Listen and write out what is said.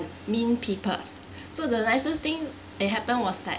mean people so the nicest thing that happened was that